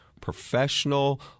professional